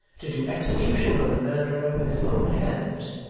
to do execution on the murderer with his own hands,